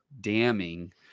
damning